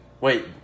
Wait